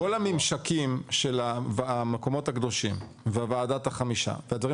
כל הממשקים של המקומות הקדושים וועדת החמישה והדברים